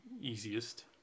easiest